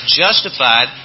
justified